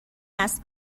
است